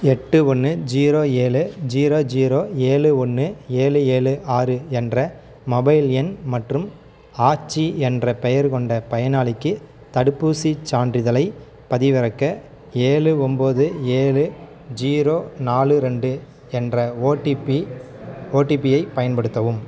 எட்டு ஒன்று ஜீரோ ஏழு ஜீரோ ஜீரோ ஏழு ஒன்று ஏழு ஏழு ஆறு என்ற மொபைல் எண் மற்றும் ஆச்சி என்ற பெயர் கொண்ட பயனாளிக்கு தடுப்பூசிச் சான்றிதழைப் பதிவிறக்க ஏழு ஒன்போது ஏழு ஜீரோ நாலு ரெண்டு என்ற ஓடிபி ஓடிபியை பயன்படுத்தவும்